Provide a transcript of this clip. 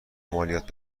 مالیات